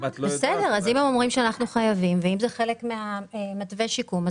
אם הם אומרים שאנחנו חייבים וזה חלק ממתווה השיקום,